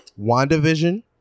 wandavision